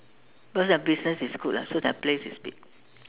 cause their business is good lah so their place is big